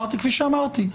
כפי שאמרתי,